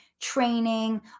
training